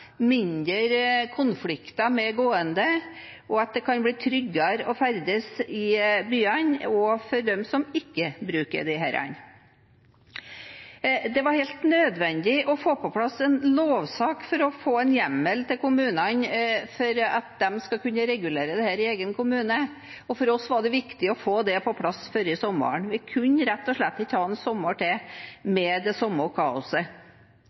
konflikter med gående, og at det kan bli tryggere å ferdes i byene også for dem som ikke bruker disse. Det var helt nødvendig å få på plass en lovsak for å få en hjemmel til kommunene for at de skal kunne regulere dette i egen kommune, og for oss var det viktig å få det på plass før sommeren. Vi kunne rett og slett ikke ha en sommer til med det samme kaoset.